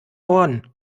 ohren